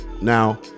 now